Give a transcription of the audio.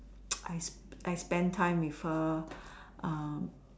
I I spent time with her um